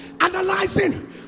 analyzing